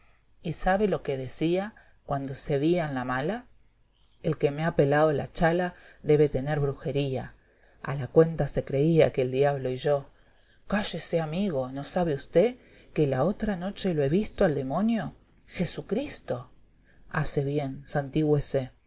y sabe lo que decía cuando se vía en la mala el que ine ha pelao la chala debe tener brujería a la cuenta se creería que el diablo y yo caeesé e vel campo amigo no sabe nsté que la otra noche lo he visto al demonio jesucristo ttace bien